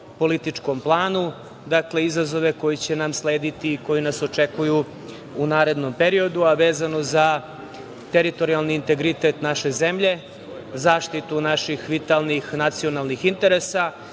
političkom planu, dakle, izazove koji će nam slediti i koji nas očekuju u narednom periodu, a vezano za teritorijalni integritet naše zemlje, zaštitu naših vitalnih nacionalnih interesa